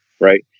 right